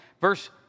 verse